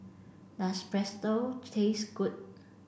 does Pretzel taste good